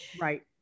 right